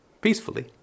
peacefully